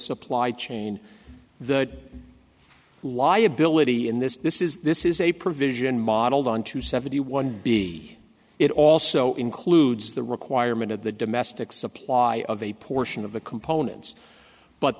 supply chain that liability in this this is this is a provision modeled on two seventy one b it also includes the requirement of the domestic supply of a portion of the components but